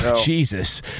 Jesus